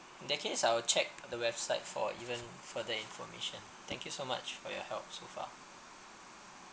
in that case I'll check the website for even further information thank you so much for your help so far